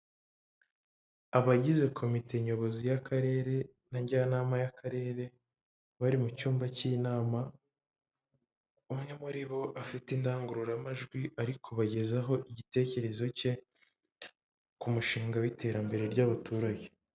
Abagize komite nyobozi y'akarere na njyanama y'akarere, bari mu cyumba cy'inama, umwe muri bo afite indangururamajwi, ari kubagezaho igitekerezo cye ku mushinga w'iterambere ry'abaturage.